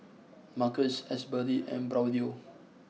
Marcus Asberry and Braulio